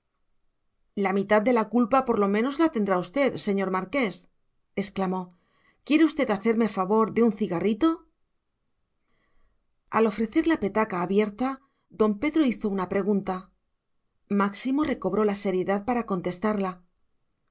la toalla la mitad de la culpa por lo menos la tendrá usted señor marqués exclamó quiere usted hacerme favor de un cigarrito al ofrecer la petaca abierta don pedro hizo una pregunta máximo recobró la seriedad para contestarla